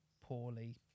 poorly